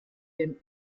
dem